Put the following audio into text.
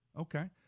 Okay